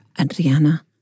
Adriana